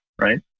right